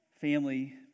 family